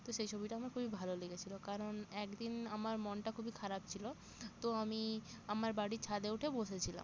তো সেই ছবিটা আমার খুবই ভালো লেগেছিলো কারণ এক দিন আমার মনটা খুবই খারাপ ছিলো তো আমি আমার বাড়ির ছাদে উঠে বসেছিলাম